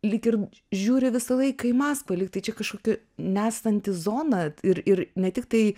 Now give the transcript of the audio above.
lyg ir žiūri visą laiką į maskvą lygtai čia kažkokia nesanti zona ir ir ne tiktai